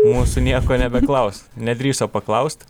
mūsų nieko nebeklaus nedrįso paklaust